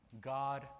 God